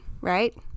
right